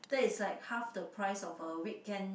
that is like half the price of a weekend